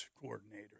coordinator